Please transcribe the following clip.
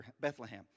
Bethlehem